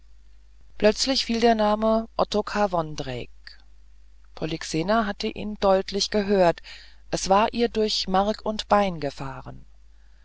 plötzlich fiel der name ottokar vondrejc polyxena hatte ihn deutlich gehört es war ihr durch mark und bein gefahren